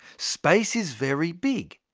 space is very big,